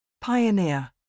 Pioneer